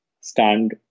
stand